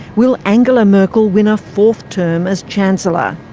will angela merkel win a fourth term as chancellor?